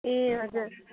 ए हजुर